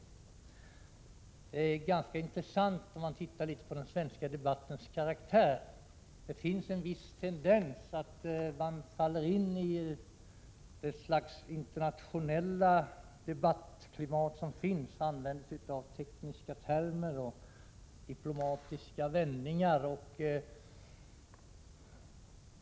När man studerar den svenska nedrustningsdebattens karaktär finner man — och det är ganska intressant — att det finns en tendens att vi faller in i ett slags internationellt debattklimat med tekniska termer och diplomatiska vändningar.